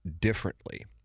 differently